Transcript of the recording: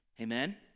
Amen